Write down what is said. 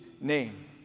name